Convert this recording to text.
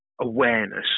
awareness